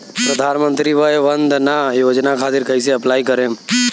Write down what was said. प्रधानमंत्री वय वन्द ना योजना खातिर कइसे अप्लाई करेम?